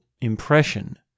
impression